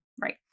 Right